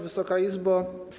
Wysoka Izbo!